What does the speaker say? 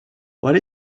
what